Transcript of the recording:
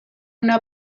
una